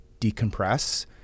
decompress